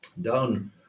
done